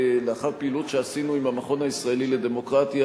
לאחר פעילות שעשינו עם המכון הישראלי לדמוקרטיה,